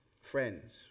friends